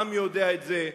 העם יודע את זה.